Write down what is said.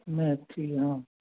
मेथी हँ